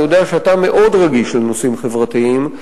אני יודע שאתה רגיש לנושאים חברתיים.